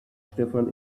stefan